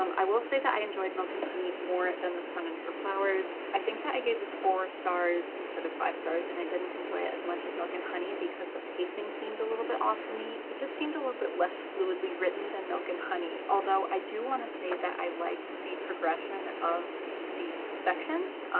um i will say that i enjoyed milk and honey more than the sun and her flowers. i think that i gave this four stars instead of five stars and i didn't enjoy it as much as milk and honey because the pacing seemed a little bit off to me. it just seemed a little bit less fluidly written than milk and honey, although i do want to say that i liked the progression of the sections.